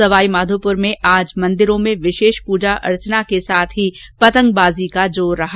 सवाईमाधोपुर में आज मंदिरों में विशेष पूजा अर्चना के साथ पतंगबाजी का जोर रहा